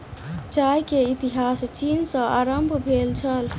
चाय के इतिहास चीन सॅ आरम्भ भेल छल